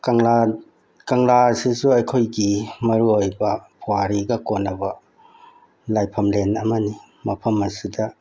ꯀꯪꯂꯥ ꯀꯪꯂꯥꯁꯤꯁꯨ ꯑꯩꯈꯣꯏꯒꯤ ꯃꯔꯨ ꯑꯣꯏꯕ ꯄꯨꯋꯥꯔꯤꯒ ꯀꯣꯟꯅꯕ ꯂꯥꯏꯐꯝ ꯂꯦꯟ ꯑꯃꯅꯤ ꯃꯐꯝ ꯑꯁꯤꯗ